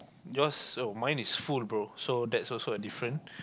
yours oh mine is full bro so that's also a different